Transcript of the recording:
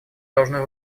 должны